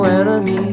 enemy